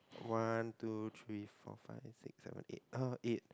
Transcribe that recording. one two three four five six seven eight uh eight